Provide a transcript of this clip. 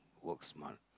work smart